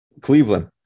Cleveland